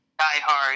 diehard